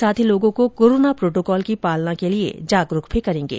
साथ ही लोगों को कोरोना प्रोटोकॉल की पालना करने के लिए जागरूक भी करेंगे